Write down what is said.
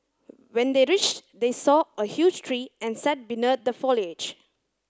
when they reached they saw a huge tree and sat beneath the foliage